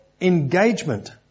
engagement